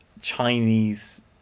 Chinese